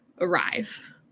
arrive